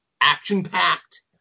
action-packed